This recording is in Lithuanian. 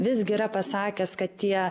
visgi yra pasakęs kad tie